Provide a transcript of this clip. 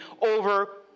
over